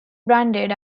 branded